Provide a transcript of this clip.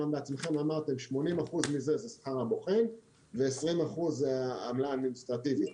אתם בעצמכם אמרת 80% מזה זה שכר הבוחן ו-20% זה העמלה אדמיניסטרטיבית.